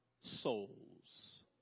souls